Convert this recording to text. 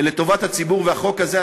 לטובת הציבור והחוק הזה.